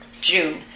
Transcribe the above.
June